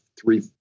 three